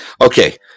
Okay